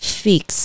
？fix